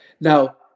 Now